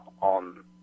on